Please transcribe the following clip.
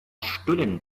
stullen